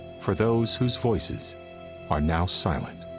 for those whose voices are now silent.